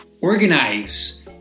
organize